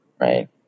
Right